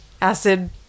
acid